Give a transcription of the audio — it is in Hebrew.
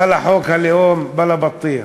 בלא חוק הלאום, בלא בטיח.